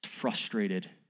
frustrated